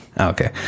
okay